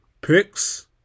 picks